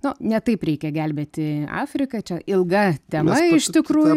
nu ne taip reikia gelbėti afriką čia ilga tema iš tikrųjų